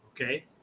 Okay